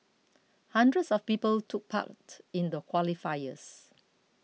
hundreds of people took part in the qualifiers